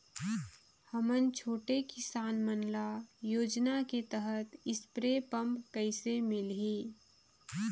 हमन छोटे किसान मन ल योजना के तहत स्प्रे पम्प कइसे मिलही?